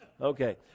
Okay